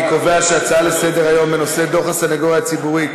אני קובע שההצעה לסדר-היום בנושא: דוח הסנגוריה הציבורית